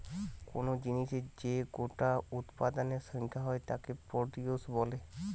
কুনো জিনিসের যে গোটা উৎপাদনের সংখ্যা হয় তাকে প্রডিউস বলে